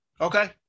Okay